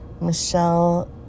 Michelle